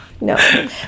No